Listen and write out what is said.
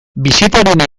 bisitarien